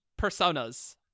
personas